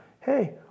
hey